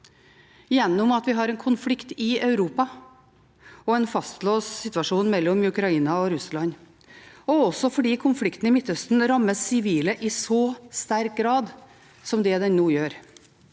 gjennom at vi har en konflikt i Europa og en fastlåst situasjon mellom Ukraina og Russland, og også fordi konflikten i Midtøsten rammer sivile i så sterk grad som det den nå gjør.